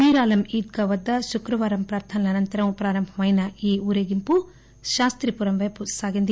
మీరాలం ఈద్గా వద్ద శుక్రవారం ప్రార్థనల అనంతరం ప్రారంభమైన ఈ ఊరేగింపు శాస్తీపురం పైపు సాగింది